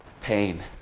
pain